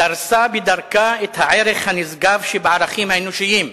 דרסה בדרכה את הערך הנשגב שבערכים האנושיים: